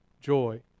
Joy